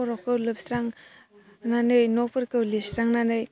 खर'खौ लोबस्रांनानै न'फोरखौ लिरस्रांनानै